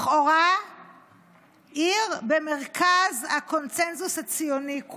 לכאורה עיר במרכז הקונסנזוס הציוני.